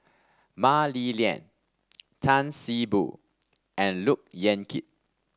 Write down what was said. Mah Li Lian Tan See Boo and Look Yan Kit